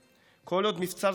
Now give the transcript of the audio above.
כל עוד מבצר זה קיים